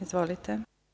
Izvolite.